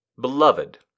Beloved